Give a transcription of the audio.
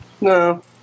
No